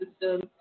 system